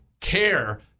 care